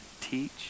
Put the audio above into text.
teach